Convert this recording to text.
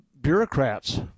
bureaucrats